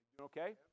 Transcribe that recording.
Okay